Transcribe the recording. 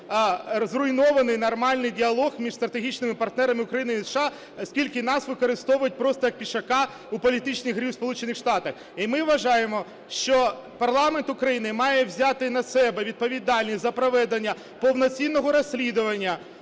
зруйнований нормальний діалог між стратегічними партнерами України і США, оскільки нас просто використовують просто, як пішака, у політичній грі в Сполучених Штатах. І ми вважаємо, що парламент України має взяти на себе відповідальність за проведення повноцінного розслідування